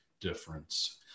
difference